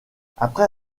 après